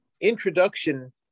introduction